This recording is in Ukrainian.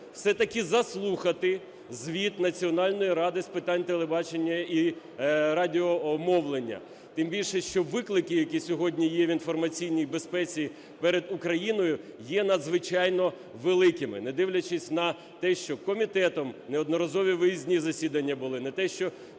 все-таки заслухати звіт Національної ради з питань телебачення і радіомовлення. Тим більше, що виклики, які сьогодні є в інформаційній безпеці перед Україною, є надзвичайно великими. Не дивлячись на те, що комітетом неодноразові виїзні засідання були, не